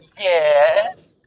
Yes